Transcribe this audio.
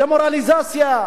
דמורליזציה.